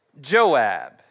Joab